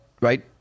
right